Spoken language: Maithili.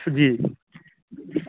जी